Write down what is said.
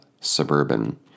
suburban